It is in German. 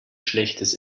schlechtes